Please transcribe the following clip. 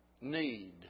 need